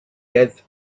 death